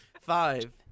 Five